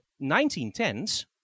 1910s